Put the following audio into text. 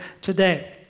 today